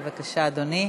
בבקשה, אדוני.